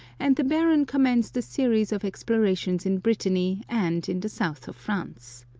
and the baron commenced a series of explorations in brittany and in the south of france.